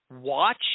watch